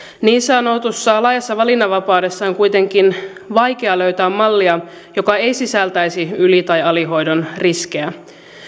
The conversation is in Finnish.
niin sanotussa laajassa valinnanvapaudessa on kuitenkin vaikea löytää mallia joka ei sisältäisi yli tai alihoidon riskejä